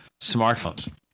smartphones